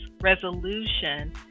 resolution